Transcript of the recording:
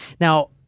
Now